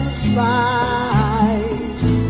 spice